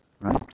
right